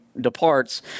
Departs